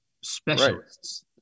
specialists